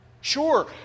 Sure